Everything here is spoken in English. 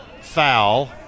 foul